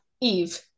eve